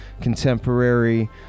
contemporary